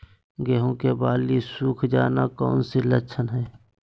गेंहू की बाली सुख जाना कौन सी लक्षण है?